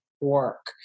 work